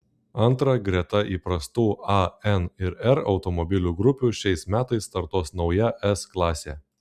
antra greta įprastų a n ir r automobilių grupių šiais metais startuos nauja s klasė